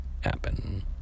happen